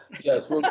yes